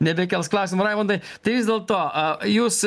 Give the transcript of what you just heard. nebekels klausimo raimundai tai vis dėl to jūs